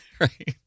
Right